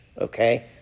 okay